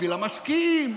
בשביל המשקיעים,